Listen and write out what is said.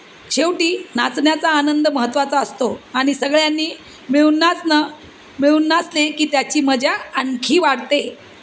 शेवटी नाचण्याचा आनंद महत्त्वाचा असतो आणि सगळ्यांनी मिळून नाचणं मिळून नाचले की त्याची मजा आणखी वाढते